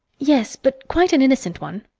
yes, but quite an innocent one.